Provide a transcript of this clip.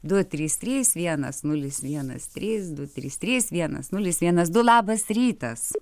du trys trys vienas nulis vienas trys du trys trys vienas nulis vienas du labas rytas